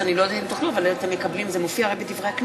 אל תספור לי את הדקות, נדבר בינתיים.